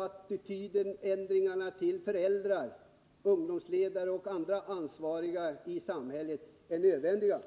attitydförändringarna hos föräldrar, ungdomsledare och andra ansvariga i samhället är nödvändiga.